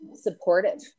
supportive